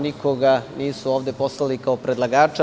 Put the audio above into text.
Nikoga ovde nisu poslali kao predlagača.